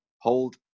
hold